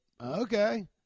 Okay